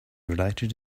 related